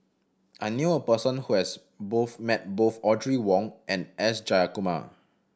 I knew a person who has both met both Audrey Wong and S Jayakumar